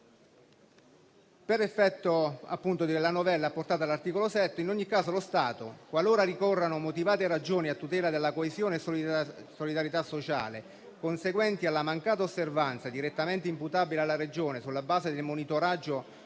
Per effetto della novella apportata all'articolo 7 in ogni caso, lo Stato, qualora ricorrano motivate ragioni a tutela della coesione e solidarietà sociale, conseguenti alla mancata osservanza, direttamente imputabile alla Regione sulla base del monitoraggio di